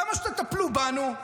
למה שתטפלו בנו?